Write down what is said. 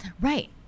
right